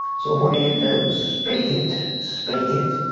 so what do you do? speak it. speak it.